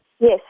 Yes